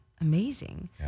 Amazing